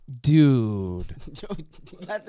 Dude